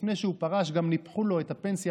לפני שהוא פרש גם ניפחו לו את הפנסיה